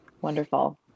Wonderful